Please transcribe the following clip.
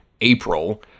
april